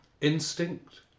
instinct